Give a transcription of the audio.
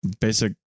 basic